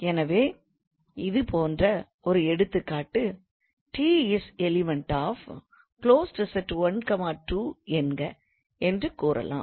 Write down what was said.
எனவே இது போன்ற ஒரு எடுத்துக்காட்டு 𝑡 ∈ 12 என்க என்று கூறலாம்